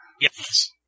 Yes